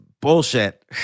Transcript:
bullshit